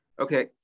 Okay